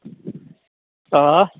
آ